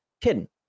hidden